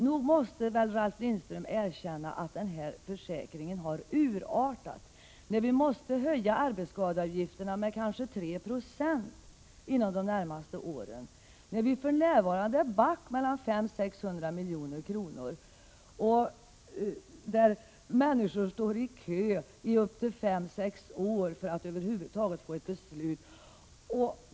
Nog måste väl Ralf Lindström erkänna att försäkringen har urartat, när vi måste höja arbetsskadeavgifterna med kanske 3 90 inom de närmaste åren, när vi för närvarande ligger back med mellan 500 och 600 milj.kr. och när människor står i kö i upp till fem sex år för att över huvud taget få ett beslut.